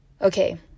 Okay